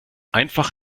einfach